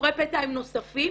ביקורי הפתע הם נוספים